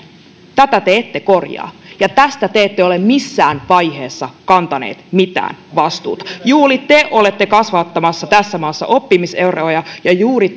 tätä te ette korjaa ja tästä te ette ole missään vaiheessa kantaneet mitään vastuuta juuri te olette kasvattamassa tässä maassa oppimiseroja ja juuri